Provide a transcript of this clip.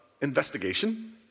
investigation